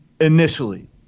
initially